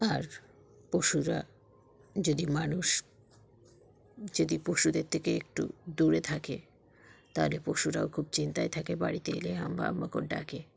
আর পশুরা যদি মানুষ যদি পশুদের থেকে একটু দূরে থাকে তাহলে পশুরাও খুব চিন্তায় থাকে বাড়িতে এলে হাম্বা হাম্বা করে ডাকে